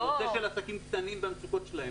הנושא של עסקים קטנים והמצוקות שלהם.